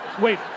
Wait